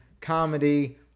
comedy